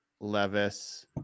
Levis